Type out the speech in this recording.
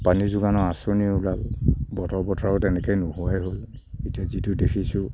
পানী যোগানৰ আঁচনি ওলাল বতৰ পথাৰত তেনেকৈ নোহোৱাই হ'ল এতিয়া যিটো দেখিছোঁ